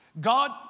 God